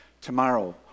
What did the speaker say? tomorrow